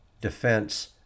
defense